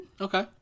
Okay